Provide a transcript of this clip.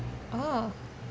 oh